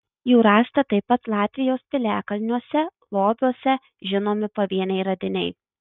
jų rasta taip pat latvijos piliakalniuose lobiuose žinomi pavieniai radiniai